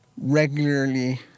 regularly